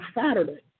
Saturday